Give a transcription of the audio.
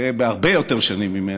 הרבה יותר שנים ממני,